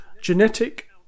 Genetic